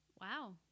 Wow